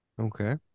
Okay